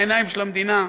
העיניים של המדינה,